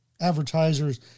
advertisers